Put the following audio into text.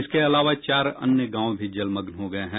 इसके अलावा चार अन्य गांव भी जलमग्न हो गये हैं